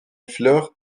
fleurs